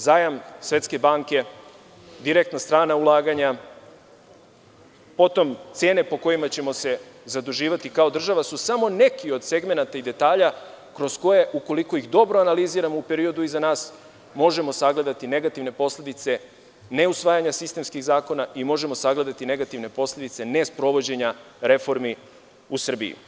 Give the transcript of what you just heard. Zajam Svetske banke, direktna strana ulaganja, potom cene po kojima ćemo se zaduživati kao država su samo neki od segmenata i detalja kroz koje, ukoliko ih dobro analiziramo u periodu iza nas, možemo sagledati negativne posledice neusvajanja sistemskih zakona i možemo sagledati negativne posledice nesprovođenja reformi u Srbiji.